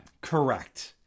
Correct